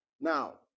Now